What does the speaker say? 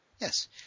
Yes